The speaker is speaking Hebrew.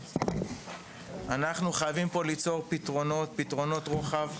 אנחנו חייבים פה ליצור פתרונות רוחב